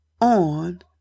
on